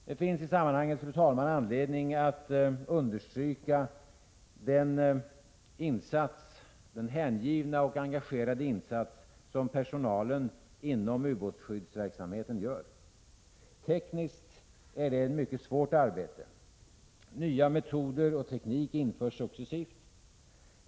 Det finns i sammanhanget, fru talman, anledning att understryka den hängivna och engagerade insats som personalen inom ubåtsskyddsverksamheten gör. Tekniskt är det ett mycket svårt arbete. Nya metoder och teknik införs successivt.